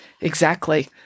Exactly